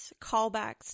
callbacks